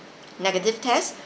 negative test